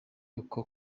ako